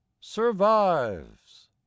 survives